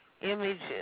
images